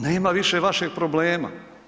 Nema više vašeg problema.